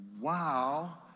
wow